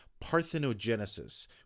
parthenogenesis